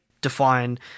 define